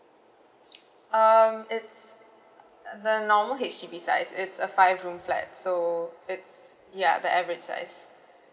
um it's the normal H_D_B size it's a five room flat so it's ya the average size